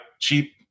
cheap